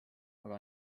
aga